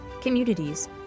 communities